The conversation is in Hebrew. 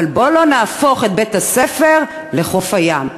אבל בואו לא נהפוך את בית-הספר לחוף הים.